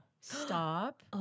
Stop